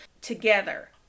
together